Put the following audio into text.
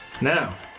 Now